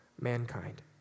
mankind